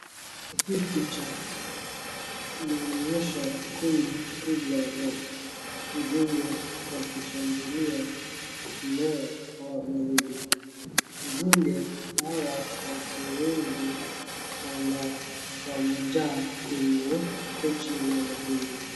Hii picha inaonyesha kundi kubwa la nzige wakishambulia mimea wa mahindi. Nzige hawa wako wengi na wamejaa kwenye kochi la mahindi.